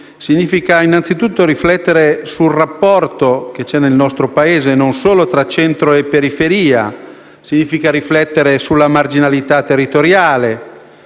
significa innanzitutto riflettere sul rapporto che c'è nel nostro Paese non solo tra centro e periferia, ma sulla marginalità territoriale